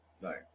Right